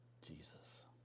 Jesus